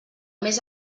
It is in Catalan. més